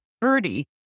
Birdie